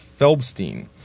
Feldstein